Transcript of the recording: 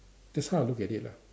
that's how I look at it lah